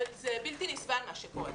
זה בלתי נסבל מה שקורה.